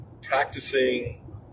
Practicing